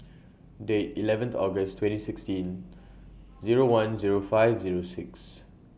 The eleven August twenty sixteen Zero one Zero five Zero six